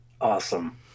Awesome